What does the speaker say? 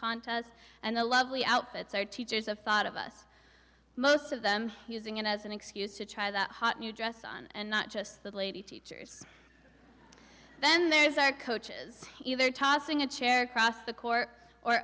contests and the lovely outfits or teachers of thought of us most of them using it as an excuse to try the hot new dress and not just the lady teachers then there's our coaches either tossing a chair across the court or